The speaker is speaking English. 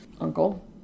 uncle